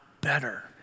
better